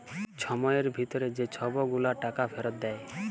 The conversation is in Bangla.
ছময়ের ভিতরে যে ছব গুলা টাকা ফিরত দেয়